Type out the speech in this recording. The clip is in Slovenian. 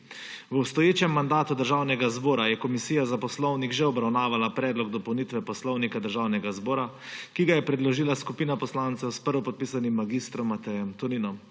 V obstoječem mandatu državnega zbora je Komisija za poslovnik že obravnavala predlog dopolnitve Poslovnika Državnega zbora, ki ga je predložila skupina poslancev s prvopodpisanim mag. Matejem Toninom.